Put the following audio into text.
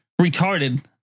retarded